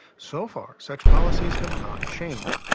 so far, such policies have not changed,